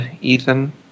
Ethan